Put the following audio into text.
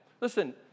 Listen